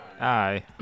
Aye